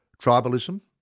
tribalism,